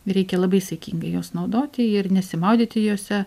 reikia labai saikingai juos naudoti ir nesimaudyti juose